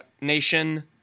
nation